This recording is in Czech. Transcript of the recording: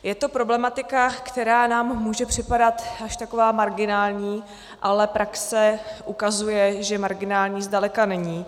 Je to problematika, která nám může připadat až taková marginální, ale praxe ukazuje, že marginální zdaleka není.